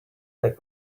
they